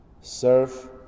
serve